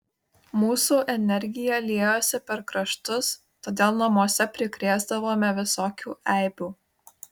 mūsų energija liejosi per kraštus todėl namuose prikrėsdavome visokių eibių